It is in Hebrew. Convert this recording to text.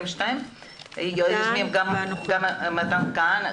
ח"כ מתן כהנא.